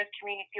community